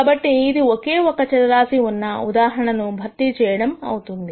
కాబట్టి ఇది ఒకే ఒక చరరాశి ఉన్న ఉదాహరణ ను భర్తీ చేయడం అవుతుంది